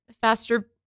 faster